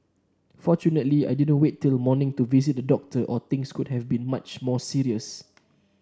fortunately I didn't wait till morning to visit the doctor or things could have been much more serious